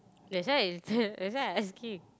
that's why that's why I asking